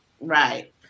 Right